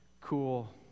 cool